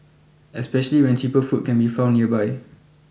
especially when cheaper food can be found nearby